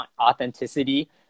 authenticity